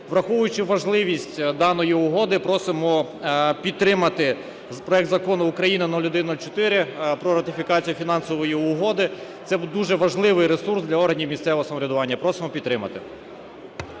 Враховуючи важливість даної угоди, просимо підтримати проект Закону України (0104) про ратифікацію Фінансової угоди. Це дуже важливий ресурс для органів місцевого самоврядування. Просимо підтримати.